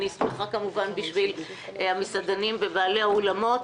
אני כמובן שמחה בשביל המסעדנים ובעלי האולמות,